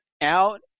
out